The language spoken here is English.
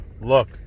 look